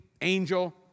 angel